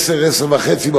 עד 10:30-10:00,